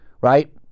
right